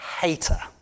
hater